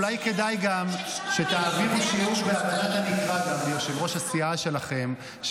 אולי כדאי גם שתעבירו שיעור בהבנת הנקרא ליושב-ראש הסיעה שלכם,